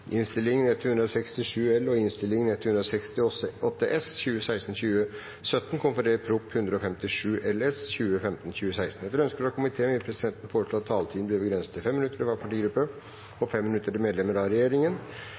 innstilling har gitt loven støtte. Flere har ikke bedt om ordet til sak nr. 5. Etter ønske fra komiteen vil presidenten foreslå at taletiden blir begrenset til 5 minutter til hver partigruppe og 5 minutter til medlemmer av regjeringen.